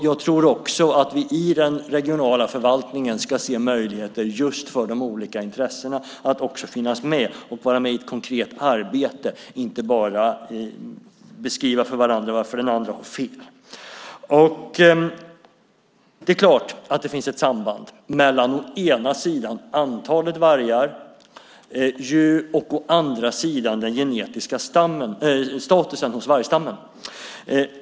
Jag tror att vi i den regionala förvaltningen ska se möjligheter just för de olika intressena att finnas med i ett konkret arbete, inte bara beskriva för varandra varför den andra har fel. Det är klart att det finns ett samband mellan å ena sidan antalet vargar och å andra sidan den genetiska statusen hos vargstammen.